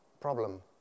problem